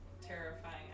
terrifying